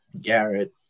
Garrett